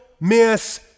miss